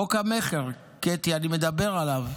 חוק המכר, קטי, אני מדבר עליו.